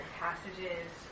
passages